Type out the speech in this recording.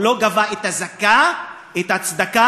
הוא לא גבה את הזכאה את הצדקה,